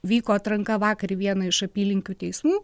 vyko atranka vakar į vieną iš apylinkių teismų